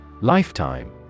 Lifetime